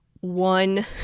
one